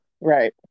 Right